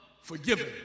forgiven